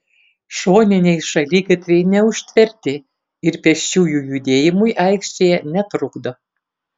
šoniniai šaligatviai neužtverti ir pėsčiųjų judėjimui aikštėje netrukdo